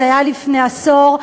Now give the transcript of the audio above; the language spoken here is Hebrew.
זה היה לפני עשור.